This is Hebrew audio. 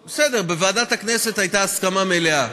בסדר, בוועדת הכנסת הייתה הסכמה מלאה.